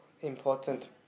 important